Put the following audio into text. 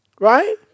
Right